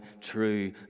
true